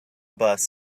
bust